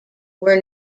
were